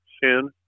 sin